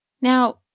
Now